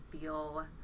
feel